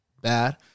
bad